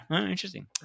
interesting